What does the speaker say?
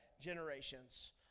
generations